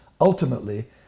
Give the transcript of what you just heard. ultimately